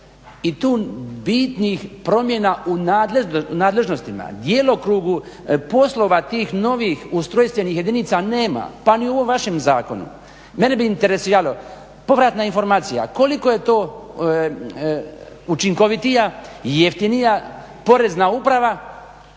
i tu bitnih promjena u nadležnostima, djelokrugu poslova tih novih ustrojstvenih jedinica nema pa ni u ovom vašem zakonu. Mene bi interesiralo povratna informacija koliko je to učinkovitija i jeftinija Porezna uprava